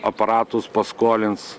aparatus paskolins